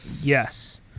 Yes